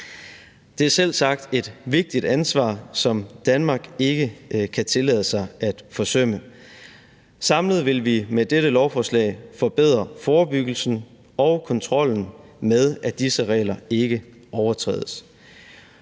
Det er selvsagt et vigtigt ansvar, som Danmark ikke kan tillade sig at forsømme. Samlet vil vi med dette lovforslag forbedre forebyggelsen og kontrollen med, at disse regler ikke overtrædes.